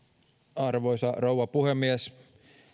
arvoisa rouva puhemies